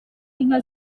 inka